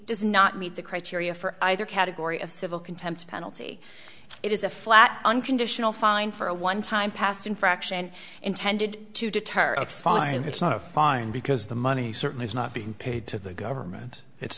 does not meet the criteria for either category of civil contempt penalty it is a flat unconditional fine for a one time past infraction intended to deter or expire it's not a fine because the money certainly is not being paid to the government it's